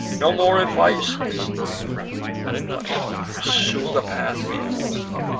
no more advice is needful but pursue the path before you,